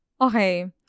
Okay